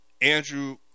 Andrew